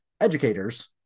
educators